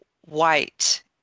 white